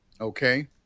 Okay